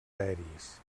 aèries